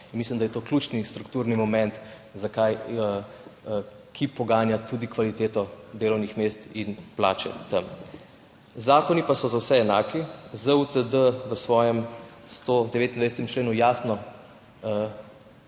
Mislim, da je to ključni strukturni moment, ki poganja tudi kvaliteto delovnih mest in plače tam. Zakoni pa so za vse enaki. ZUTD v svojem 129. členu jasno